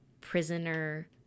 prisoner